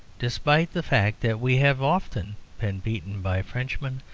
despite the fact that we have often been beaten by frenchmen,